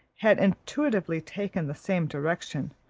had intuitively taken the same direction,